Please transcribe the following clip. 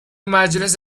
مجلس